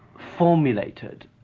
formulated,